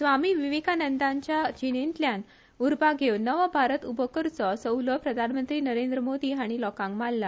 स्वामी विवेकानंदांच्या जिणेतल्यान उर्बा घेवन नवो भारत उबो करचो असो उलो प्रधानमंत्री नरेंद्र मोदी हाणी लोकांक माल्ठा